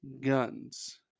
guns